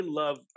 love